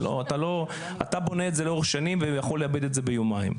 אתה בונה את זה לאורך שנים ויכול לאבד את זה ביומיים.